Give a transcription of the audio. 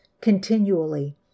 continually